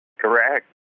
Correct